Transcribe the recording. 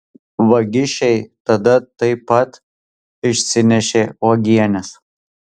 vagišiai tada taip pat išsinešė uogienes